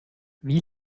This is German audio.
wie